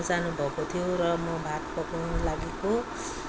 जानु भएको थियो र म भात पकाउनु लागेको